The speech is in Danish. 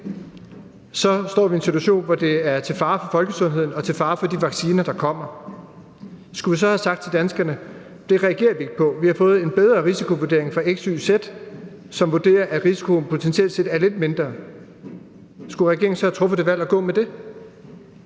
så står vi i en situation, hvor det er til fare for folkesundheden og til fare for de vacciner, der kommer? Og skulle vi så have sagt til danskerne: Det reagerer vi ikke på; vi har fået en bedre risikovurdering fra XYZ, som vurderer, at risikoen potentielt set er lidt mindre? Skulle regeringen så have truffet det valg at gå med det?